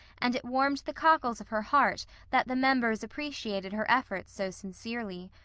and it warmed the cockles of her heart that the members appreciated her efforts so sincerely.